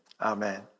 amen